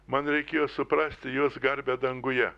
man reikėjo suprasti jos garbę danguje